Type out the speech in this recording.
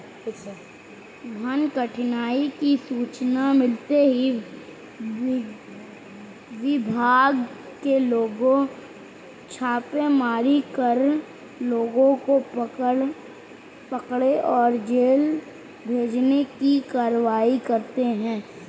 one कटाई की सूचना मिलते ही विभाग के लोग छापेमारी कर लोगों को पकड़े और जेल भेजने की कारवाई करते है